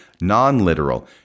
non-literal